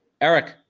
Eric